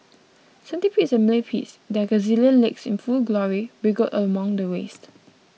centipedes and millipedes their gazillion legs in full glory wriggled among the waste